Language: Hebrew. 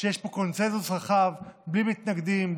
שיש פה קונסנזוס רחב בלי מתנגדים,